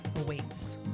awaits